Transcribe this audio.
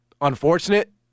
unfortunate